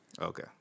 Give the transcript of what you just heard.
Okay